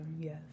yes